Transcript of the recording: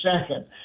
second